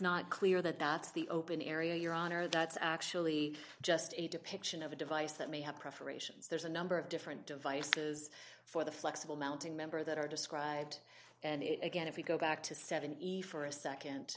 not clear that that's the open area your honor that's actually just a depiction of a device that may have preparations there's a number of different device for the flexible mounting member that are described and it again if we go back to seventy for a